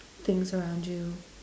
things around you